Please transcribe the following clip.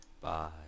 Bye